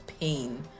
pain